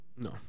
No